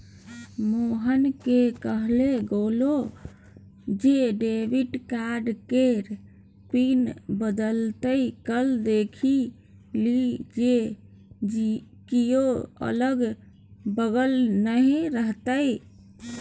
मोहनकेँ कहल गेल जे डेबिट कार्ड केर पिन बदलैत काल देखि लिअ जे कियो अगल बगल नै रहय